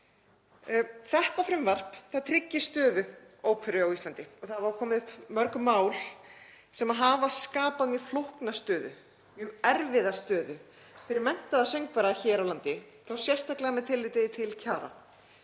Þetta frumvarp tryggir stöðu óperu á Íslandi. Komið hafa upp mörg mál sem hafa skapað mjög flókna og erfiða stöðu fyrir menntaða söngvara hér á landi, sérstaklega með tilliti til kjara.